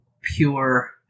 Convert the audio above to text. pure